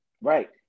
Right